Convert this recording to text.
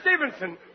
Stevenson